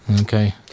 Okay